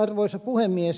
arvoisa puhemies